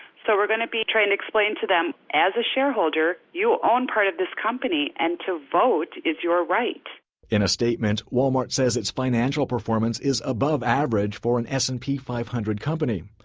so we're going to be trying to explain to them, as a shareholder, you own part of this company, and to vote is your right in a statement, walmart says its financial performance is above average for a and s and p five hundred company.